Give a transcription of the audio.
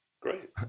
great